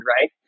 right